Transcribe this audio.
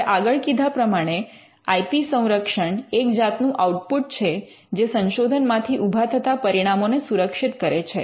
હવે આગળ કીધા પ્રમાણે આઇ પી સંરક્ષણ એક જાતનું આઉટ્પુટ છે જે સંશોધન માંથી ઉભા થતા પરિણામો ને સુરક્ષિત કરે છે